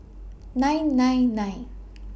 nine nine nine